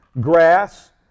grass